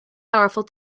powerful